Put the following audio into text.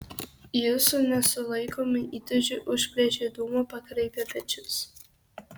jis su nesulaikomu įtūžiu užplėšė dūmą pakraipė pečius